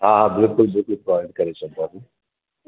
हा हा बिल्कुलु बिल्कुलु फ़ॉरन करे छॾींदासीं